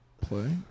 play